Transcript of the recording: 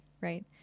Right